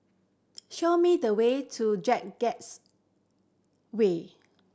show me the way to J Gates way